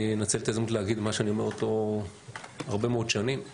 אני אנצל את ההזדמנות להגיד מה שאני אומר הרבה מאוד שנים,